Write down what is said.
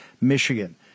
Michigan